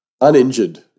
Uninjured